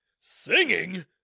Singing